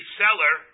seller